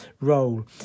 role